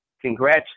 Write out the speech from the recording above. Congrats